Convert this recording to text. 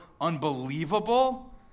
unbelievable